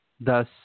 thus